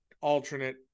alternate